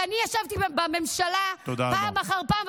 כי אני ישבתי בממשלה פעם אחר פעם,